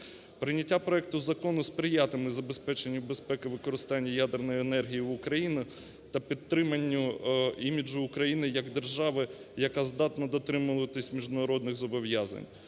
Прийняття проекту закону сприятиме забезпеченню безпеки використання ядерної енергії в Україну та підтриманню іміджу України як держави, яка здатна дотримуватися міжнародних зобов'язань.